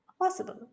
possible